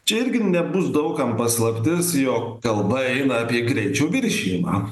čia irgi nebus daug kam paslaptis jog kalba eina apie greičio viršijimą